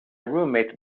roommate’s